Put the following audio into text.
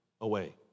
away